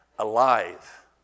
alive